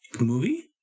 movie